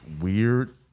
weird